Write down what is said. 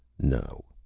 no.